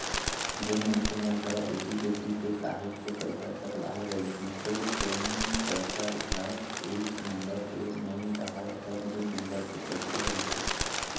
जेन मनसे मन करा ऐती तेती ले काहेच के पइसा सकलाय रहिथे तेन पइसा ह एक नंबर के नइ राहय सब दू नंबर के पइसा रहिथे